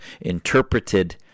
interpreted